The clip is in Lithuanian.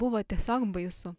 buvo tiesiog baisu